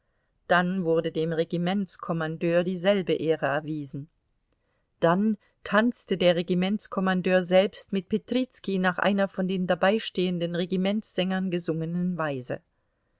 dann wurde dem regimentskommandeur dieselbe ehre erwiesen dann tanzte der regimentskommandeur selbst mit petrizki nach einer von den dabeistehenden regimentssängern gesungenen weise